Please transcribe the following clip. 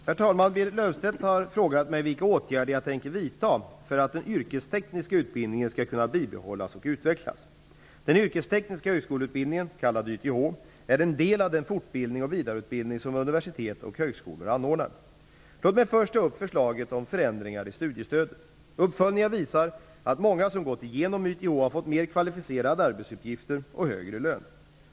Herr talman! Berit Löfstedt har frågat mig vilka åtgärder jag tänker vidta för att den yrkestekniska utbildningen skall kunna bibehållas och utvecklas. YTH, är en del av all den fortbildning och vidareutbildning som universitet och högskolor anordnar. Låt mig först ta upp förslaget om förändringar i studiestödet. Uppföljningar visar att många som gått igenom YTH har fått mer kvalificerade arbetsuppgifter och högre lön.